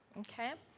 okay,